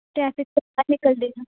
traffic ਤੋਂ ਬਾਹਰ ਨਿਕਲਦੇ ਨੂੰ